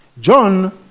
John